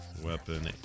Weapon